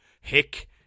hick